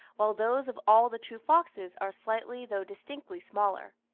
while those of all the true foxes are slightly though distinctly smaller.